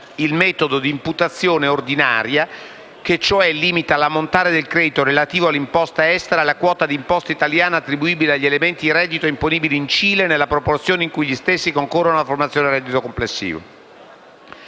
il metodo di imputazione ordinaria, che cioè limita l'ammontare del credito relativo all'imposta estera alla quota di imposta italiana attribuibile agli elementi di reddito imponibili in Cile nella proporzione in cui gli stessi concorrono alla formazione del reddito complessivo.